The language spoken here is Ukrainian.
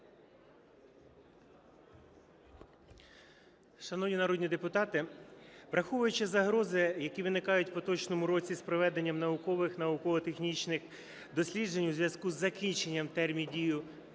Шановні народні депутати, враховуючи загрози, які виникають в поточному році з проведенням наукових, науково-технічних досліджень у зв'язку з закінченням терміну